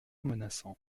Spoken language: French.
menaçant